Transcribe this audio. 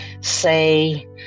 say